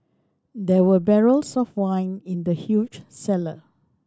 there were barrels of wine in the huge cellar